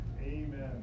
Amen